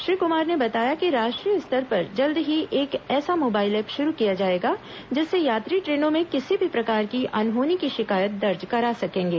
श्री कुमार ने बताया कि राष्ट्रीय स्तर पर जल्द ही एक ऐसा मोबाइल ऐप शुरू किया जाएगा जिससे यात्री ट्रेनों में किसी भी प्रकार की अनहोनी की शिकायत दर्ज करा सकेंगे